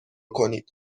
کنید